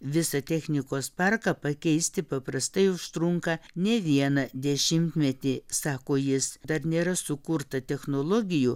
visą technikos parką pakeisti paprastai užtrunka ne vieną dešimtmetį sako jis dar nėra sukurta technologijų